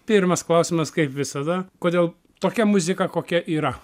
pirmas klausimas kaip visada kodėl tokia muzika kokia yra